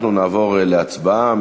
אנחנו נעבור להצבעה.